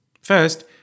First